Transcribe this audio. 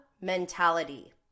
mentality